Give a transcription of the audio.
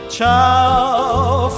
Ciao